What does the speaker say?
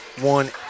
one